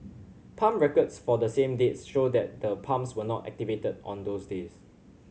pump records for the same dates show that the pumps were not activated on those days